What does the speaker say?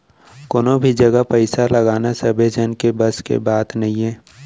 कोनो भी जघा पइसा लगाना सबे झन के बस के बात नइये